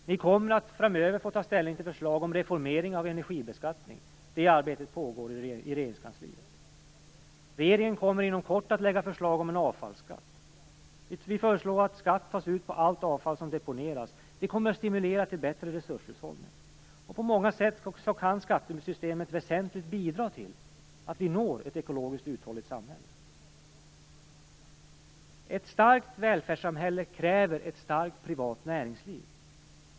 Ni kommer framöver att få ta ställning till förslag om reformering av energibeskattningen. Det arbetet pågår i Regeringskansliet. Regeringen kommer inom kort att lägga fram förslag om en avfallsskatt. Vi föreslår att skatt tas ut på allt avfall som deponeras. Det kommer att stimulera till bättre resurshushållning. På många sätt kan alltså skattesystemet väsentligt bidra till att vi når ett ekologiskt uthålligt samhälle. Ett starkt välfärdssamhälle kräver ett starkt privat näringsliv.